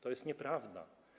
To jest nieprawda.